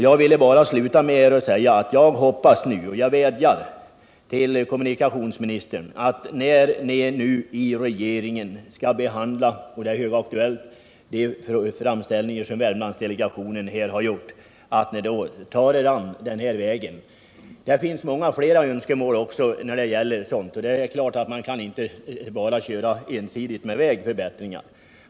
Jag vill bara sluta med att vädja till kommunikationsministern att ni, när ni nu i regeringen skall behandla de framställningar som Värmlandsdelegationen gjort, också tar er an den här vägen. Det finns många fler önskemål här, och det är klart att man inte kan köra ensidigt med vägförbättringar.